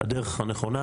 הדרך הנכונה